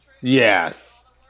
Yes